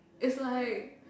is like